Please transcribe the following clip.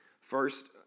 First